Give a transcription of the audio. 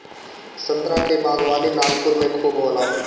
संतरा के बागवानी नागपुर में खूब होला